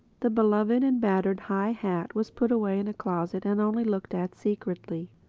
the beloved and battered high hat was put away in a closet and only looked at secretly.